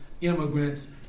immigrants